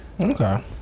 Okay